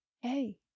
hey